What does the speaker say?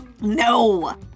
No